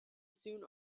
soon